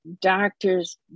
doctors